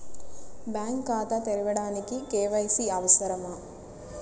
Bank ఖాతా తెరవడానికి KYC అవసరమా?